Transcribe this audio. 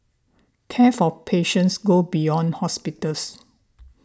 care for patients go beyond hospitals